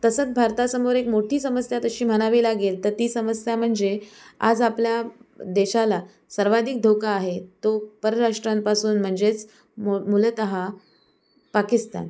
तसंच भारतासमोर एक मोठी समस्या तशी म्हणावी लागेल तर ती समस्या म्हणजे आज आपल्या देशाला सर्वाधिक धोका आहे तो परराष्ट्रांपासून म्हणजेच मू मूलतः पाकिस्तान